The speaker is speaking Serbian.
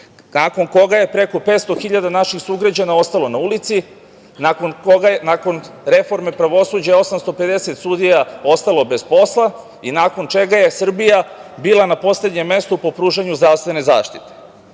nakon koje je preko 500.000 naših sugrađana ostalo na ulici, nakon koje je 850 sudija ostalo bez posla i nakon čega je Srbija bila na poslednjem mestu po pružanju zdravstvene zaštite. Nikada